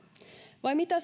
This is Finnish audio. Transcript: vai mitä